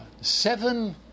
Seven